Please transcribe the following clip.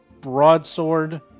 broadsword